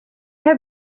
have